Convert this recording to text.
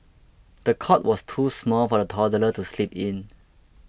the cot was too small for the toddler to sleep in